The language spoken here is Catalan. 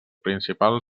principal